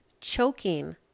choking